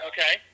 Okay